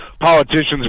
politicians